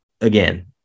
again